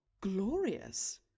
Glorious